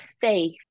faith